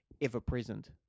ever-present